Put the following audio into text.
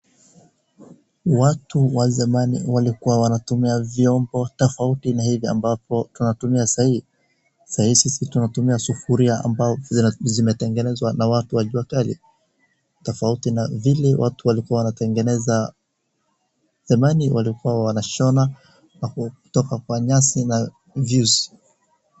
Watu wa zamani walikuwa wanatumia vyombo tofauti na hizi ambapo tunatumia saa hii. Saa hii sisi tunatumia sufuria ambao zina, zimetengenezwa na watu wa juakali tofauti na vile watu walikuwa wanatengeneza, zamani walikuwa wanashona kutoka kwa nyazi na visu.